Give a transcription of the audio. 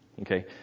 okay